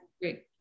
Great